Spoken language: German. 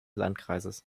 landkreises